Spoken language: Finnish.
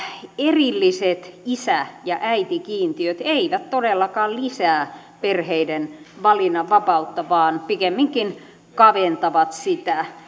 erilliset isä ja äitikiintiöt eivät todellakaan lisää perheiden valinnanvapautta vaan pikemminkin kaventavat sitä